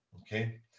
okay